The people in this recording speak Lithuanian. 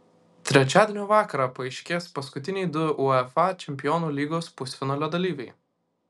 trečiadienio vakarą paaiškės paskutiniai du uefa čempionų lygos pusfinalio dalyviai